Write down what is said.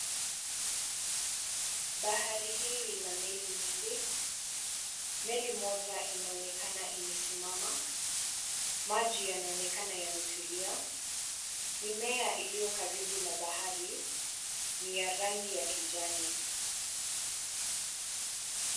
Bahari hili lina meli nyingi, meli moja inaonekana imesimama, maji yanaoneka yametulia. Mimea iliyo karibu na bahari ni ya rangi ya kijani.